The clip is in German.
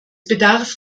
bedarf